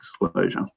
disclosure